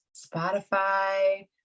spotify